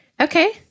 okay